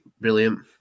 Brilliant